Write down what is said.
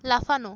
লাফানো